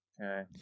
Okay